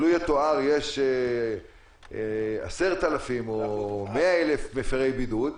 לו יתואר שיש 10,000 או 100,000 מפירי בידוד,